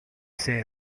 say